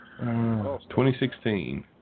2016